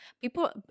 people